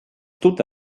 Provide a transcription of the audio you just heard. dute